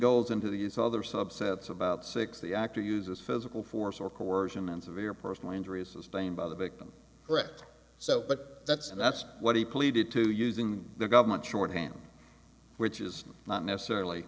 goes into these other subsets about six the actor uses physical force or coercion and severe personal injury sustained by the victim brett so but that's and that's what he pleaded to using the government shorthand which is not necessarily